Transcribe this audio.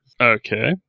Okay